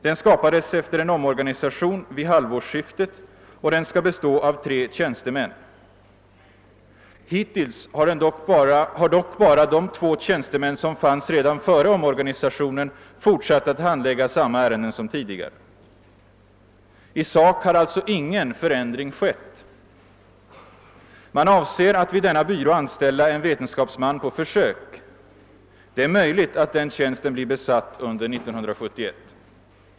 Den skapades efter en omorganisation vid halvårsskiftet, och den skall bestå av tre tjänstemän. Hittills har det dock varit så att de två tjänstemän som fanns redan före omorganisationen fortsatt att handlägga samma ärenden som tidigare. I sak har alltså ingen förändring skett. Man avser att vid denna byrå anställa en vetenskapsman på försök. Det är möjligt att den tjänsten blir besatt under 1971.